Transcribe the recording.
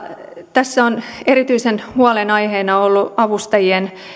tässä on erityisen huolen aiheena ollut avustajien